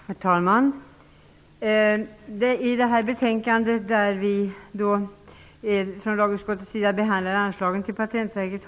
Herr talman! I det här betänkandet behandlar lagutskottet anslag till Patentverket.